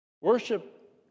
Worship